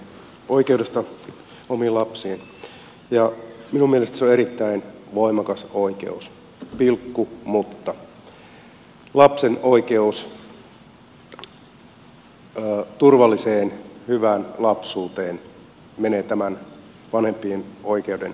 minun mielestäni se on erittäin voimakas oikeus mutta lapsen oikeus turvalliseen hyvään lapsuuteen menee tämän vanhempien oikeuden yli